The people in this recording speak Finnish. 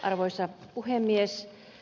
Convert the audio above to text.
arvoisa puhemies